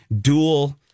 dual